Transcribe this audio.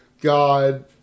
God